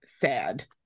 sad